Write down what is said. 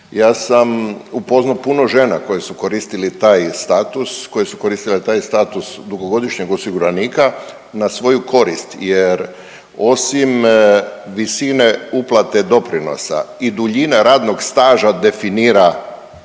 Ja sam upoznao puno žena koje su koristili taj status, koje su koristile taj status dugogodišnjeg osiguranika na svoju korist, jer osim visine uplate doprinosa i duljina radnog staža definira